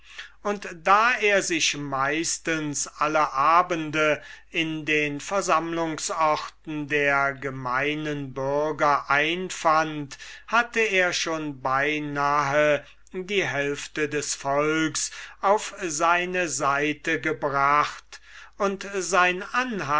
und da er sich meistens alle abende in den versammlungsorten der gemeinen bürger einfand hatte er schon beinahe die hälfte des volks auf seine seite gebracht und sein